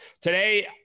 Today